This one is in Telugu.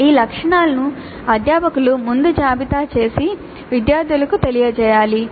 ఈ లక్షణాలను అధ్యాపకులు ముందు జాబితా చేసి విద్యార్థులకు తెలియజేయాలి